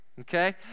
okay